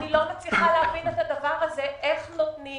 אני לא מבינה איך נותנים